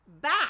back